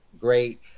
great